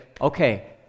okay